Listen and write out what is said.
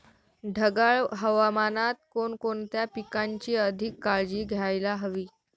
ढगाळ हवामानात कोणकोणत्या पिकांची अधिक काळजी घ्यायला हवी?